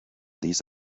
these